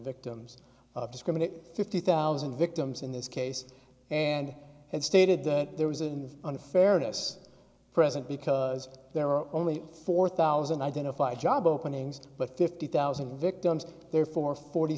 victims of discrimination fifty thousand victims in this case and and stayed there was in the unfairness present because there were only four thousand identified job openings but fifty thousand victims therefore forty